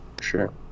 Sure